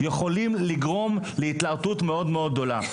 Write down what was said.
יכולים לגרום להתלהטות מאוד מאוד גדולה.